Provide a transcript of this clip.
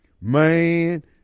Man